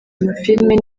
amafilime